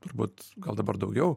turbūt gal dabar daugiau